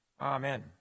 Amen